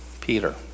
Peter